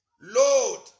Lord